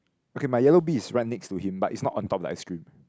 okay my yellow bee is right next to him but it's not on top the ice cream